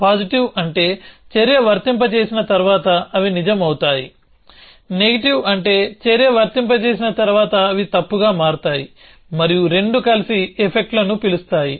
positive అంటే చర్య వర్తింపజేసిన తర్వాత అవి నిజం అవుతాయి నెగటివ్ అంటే చర్య వర్తింపజేసిన తర్వాత అవి తప్పుగా మారతాయి మరియు రెండూ కలిసి ఎఫెక్ట్లను పిలుస్తాయి